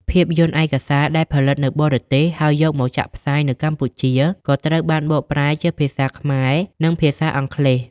ភាពយន្តឯកសារដែលផលិតនៅបរទេសហើយយកមកចាក់ផ្សាយនៅកម្ពុជាក៏ត្រូវបានបកប្រែជាភាសាខ្មែរនិងភាសាអង់គ្លេស។